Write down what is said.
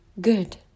Good